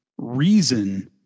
reason